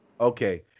Okay